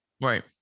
right